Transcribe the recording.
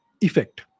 effect